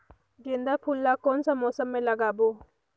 गेंदा फूल ल कौन मौसम मे लगाबो?